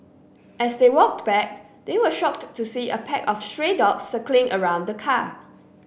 as they walked back they were shocked to see a pack of stray dogs circling around the car